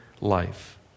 life